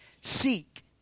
Seek